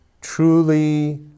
truly